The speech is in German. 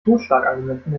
totschlagargumenten